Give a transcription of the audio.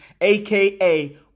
aka